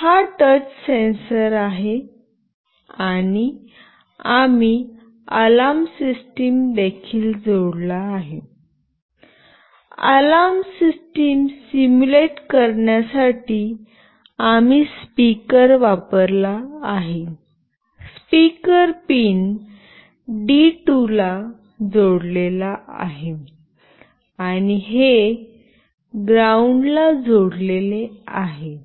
हा touch sensor आहे आणि आम्ही अलार्म सिस्टम देखील जोडला आहे अलार्म सिस्टम सिम्युलेट करण्यासाठी आम्ही स्पीकर वापरला आहे स्पीकर पिन डी 2 ला जोडलेला आहे आणि हे ग्राउंड ला जोडलेले आहे